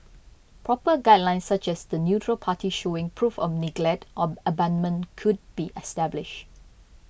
proper guidelines such as the neutral party showing proof of neglect or abandonment could be established